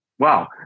Wow